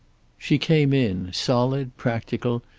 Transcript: she came in, solid, practical,